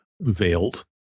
veiled